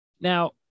Now